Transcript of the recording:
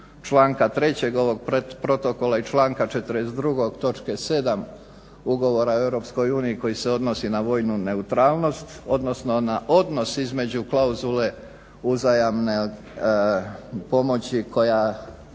članka 3. ovog protokola i članka 42. točke 7. Ugovora o EU koji se odnosi na vojnu neutralnost odnosno na odnos između klauzule uzajamne pomoći koja